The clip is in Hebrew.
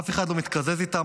אף אחד לא מתקזז איתם,